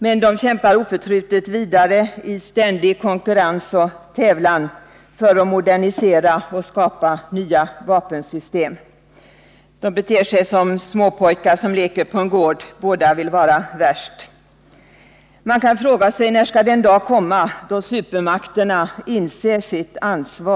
Men de kämpar oförtrutet vidare i ständig konkurrens och tävlan för att modernisera och skapa nya vapensystem. De beter sig som småpojkar som leker på en gård — båda vill vara värst. Man kan fråga sig: När skall den dag komma då supermakterna inser sitt ansvar?